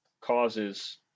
causes